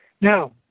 Now